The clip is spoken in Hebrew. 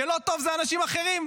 כשלא טוב, זה אנשים אחרים.